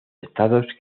estados